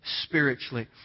spiritually